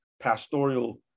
pastoral